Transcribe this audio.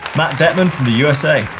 matt dettman from the usa.